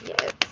yes